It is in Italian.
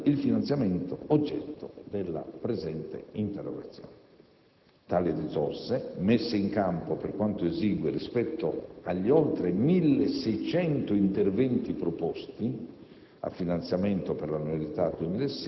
tra i quali non rientra il finanziamento oggetto della presente interrogazione. Tali risorse messe in campo, per quanto esigue rispetto agli oltre 1.600 interventi proposti